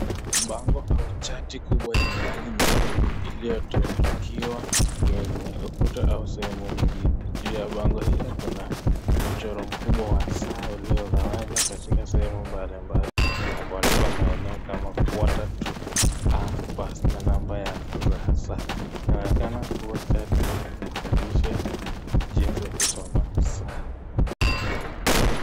Bango au chati kubwa enye rangi nyekundu iliyotundukiwa kwenye ukuta au sehemu nyingine, juu ya bango hilo kuna mchoro kubwa wa saa iliyogawanywa katika sehemu mbalimbali, na kuandikwa maeneo kama Quater to, half past na namba za saa, inaonekana kuwa chati likufundishe jinsi ya kusoma saa.